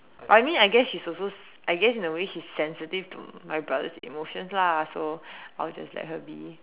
I mean I guess it's also I guess in a way she's sensitive to my brother's emotions lah so I'll just let her be